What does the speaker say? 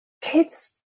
kids